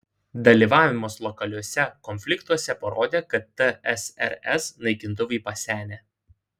dalyvavimas lokaliuose konfliktuose parodė kad tsrs naikintuvai pasenę